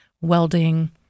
welding